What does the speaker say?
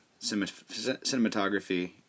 cinematography